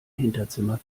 hinterzimmer